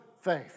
faith